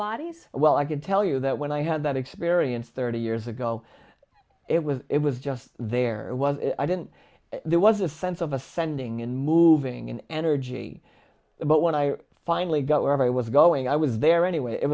bodies well i can tell you that when i had that experience thirty years ago it was it was just there was i didn't there was a sense of ascending and moving an energy but when i finally got wherever i was going i was there anyway it